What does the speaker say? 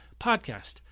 podcast